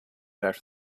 after